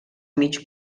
mig